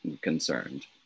concerned